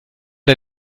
der